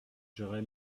j’aurai